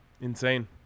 Insane